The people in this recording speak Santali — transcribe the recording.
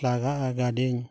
ᱞᱟᱜᱟᱼᱟ ᱜᱟᱹᱰᱤᱧ